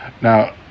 now